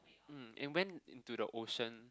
um it went into the ocean